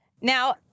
Now